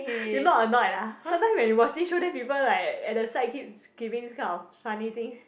you not annoyed lah sometimes when you wear this shoes then people like at the side keep giving this kind of funny thing